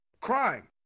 crime